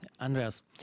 Andreas